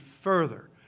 further